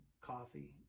coffee